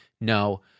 no